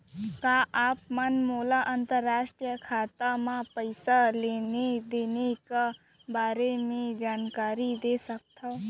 का आप मन मोला अंतरराष्ट्रीय खाता म पइसा लेन देन के बारे म जानकारी दे सकथव?